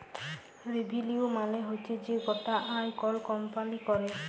revenue মালে হচ্যে যে গটা আয় কল কম্পালি ক্যরে